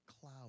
cloud